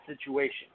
situation